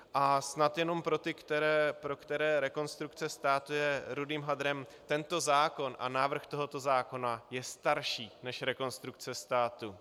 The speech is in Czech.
A snad jenom pro ty, pro které Rekonstrukce státu je rudým hadrem: Tento zákon a návrh tohoto zákona je starší než Rekonstrukce státu.